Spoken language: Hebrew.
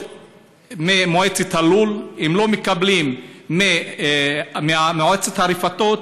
ממועצת הלול, הם לא מקבלים ממועצת הרפתות,